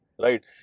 right